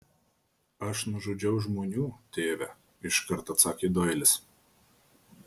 aš nužudžiau žmonių tėve iškart atsakė doilis